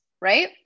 Right